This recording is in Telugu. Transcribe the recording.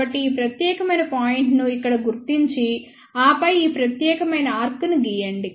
కాబట్టి ఈ ప్రత్యేకమైన పాయింట్ ను ఇక్కడ గుర్తించి ఆపై ఈ ప్రత్యేకమైన ఆర్క్ను గీయండి